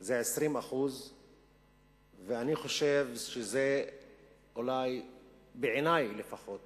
הוא 20%. בעיני לפחות